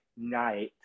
night